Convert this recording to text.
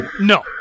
No